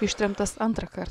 ištremtas antrąkart